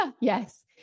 Yes